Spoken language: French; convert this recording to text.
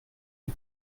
des